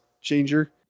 changer